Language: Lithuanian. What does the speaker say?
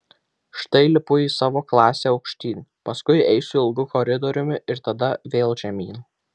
štai lipu į savo klasę aukštyn paskui eisiu ilgu koridoriumi ir tada vėl žemyn